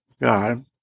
God